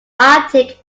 arctic